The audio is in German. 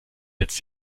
jetzt